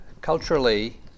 culturally